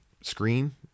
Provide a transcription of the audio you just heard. screen